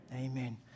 Amen